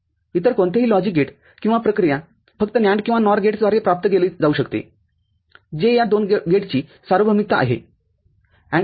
इतर कोणतेही logic gate किंवा प्रक्रिया फक्त NAND किंवा NOR गेट्सद्वारे प्राप्त केले जाऊ शकते जे या दोन गेटची सार्वभौमिकता आहे